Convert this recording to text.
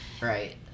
Right